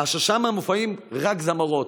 אשר שם מופיעות רק זמרות.